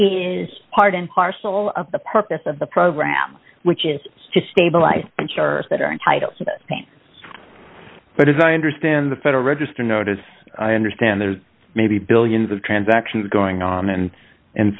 is part and parcel of the purpose of the program which is just stabilizing insurers that are entitled to this pain but as i understand the federal register notice i understand there may be billions of transactions going on and and